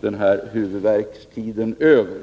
sedan ”huvudvärken” är över.